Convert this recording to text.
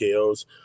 KOs